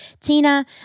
Tina